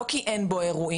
לא כי אין בו אירועים.